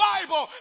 Bible